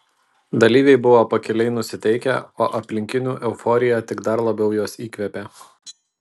dalyviai buvo pakiliai nusiteikę o aplinkinių euforija tik dar labiau juos įkvėpė